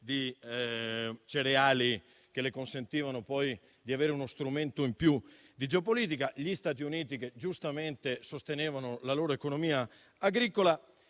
di cereali, che le consentivano poi di avere uno strumento in più di geopolitica, e gli Stati Uniti giustamente sostenevano la loro economia agricola.